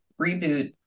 reboot